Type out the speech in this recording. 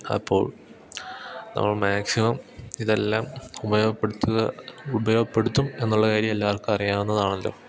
അപ്പോൾ നമ്മൾ മാക്സിമം ഇതെല്ലാം ഉപയോഗപ്പെടുത്തുക ഉപയോഗപ്പെടുത്തും എന്നുള്ള കാര്യം എല്ലാവർക്കും അറിയാവുന്നതാണല്ലോ